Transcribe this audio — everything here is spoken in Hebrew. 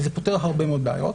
וזה פותר הרבה מאוד בעיות,